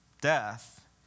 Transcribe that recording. death